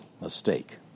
mistake